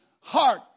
heart